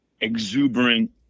exuberant